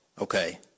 Okay